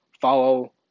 Follow